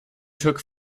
took